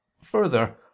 further